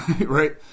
right